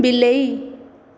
ବିଲେଇ